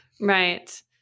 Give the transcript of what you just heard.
Right